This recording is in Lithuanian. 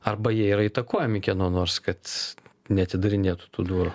arba jie yra įtakojami kieno nors kad neatidarinėtų tų durų